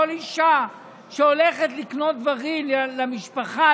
כל אישה שהולכת לקנות דברים למשפחה,